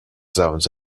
zones